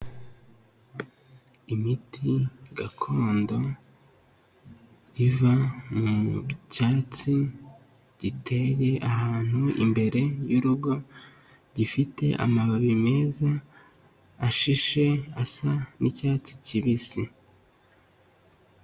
Imiti gakondo iva mu cyatsi giteye ahantu imbere y'urugo, gifite amababi meza ashishe asa n'icyatsi kibisi.